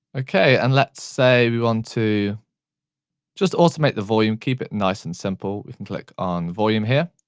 okay, and let's say we want to just automate the volume. keep it nice and simple. we can click on volume here.